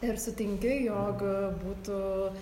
ir sutinki jog būtų